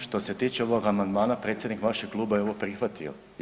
Što se tiče ovog amandmana predsjednik vašeg kluba je ovo prihvatio.